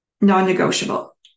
Non-negotiable